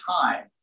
time